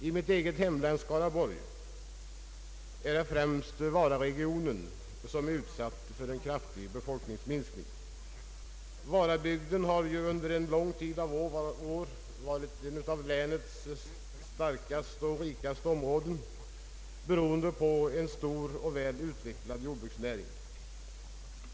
I mitt eget hemlän, Skaraborgs län, är det främst Vararegionen som är utsatt för en kraftig befolkningsminskning. Varabygden har under en lång tid varit ett av länets rikaste områden, beroende på en stor och väl utvecklad jordbruksnäring.